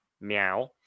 meow